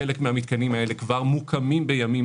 חלק מן המתקנים האלה כבר מוקמים בימים